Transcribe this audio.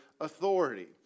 authority